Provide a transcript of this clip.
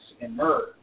emerge